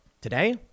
today